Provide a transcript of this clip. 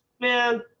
Man